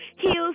heels